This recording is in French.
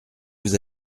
vous